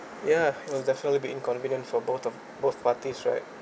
ya will definitely be inconvenient for both of both parties right